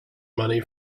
money